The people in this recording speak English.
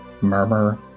murmur